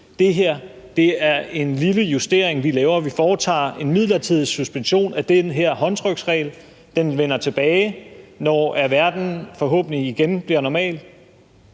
Det her er en lille justering, vi laver. Vi foretager en midlertidig suspension af den her håndtryksregel – den vender tilbage, når verden forhåbentlig igen bliver normal,